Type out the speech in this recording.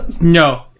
No